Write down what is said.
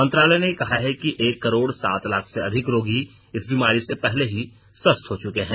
मंत्रालय ने कहा कि एक करोड़ सात लाख से अधिक रोगी इस बीमारी से पहले ही स्वस्थ हो चुके हैं